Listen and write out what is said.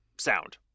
sound